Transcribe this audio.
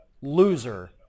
loser